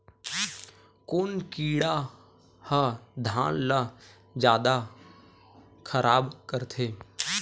कोन कीड़ा ह धान ल जादा खराब करथे?